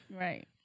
Right